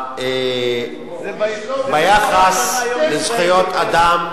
ביחס לזכויות אדם,